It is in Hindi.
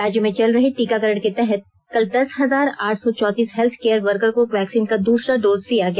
राज्य में चल रहे टीकाकरण के तहत कल दस हजार आठ सौ चौतीस हेल्थ केयर वर्कर को वैक्सीन का दूसरा डोज दिया गया